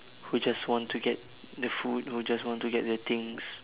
would just want to get the food will just want to get the things